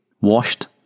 Washed